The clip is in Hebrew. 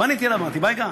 ופניתי אליו ואמרתי: בייגה,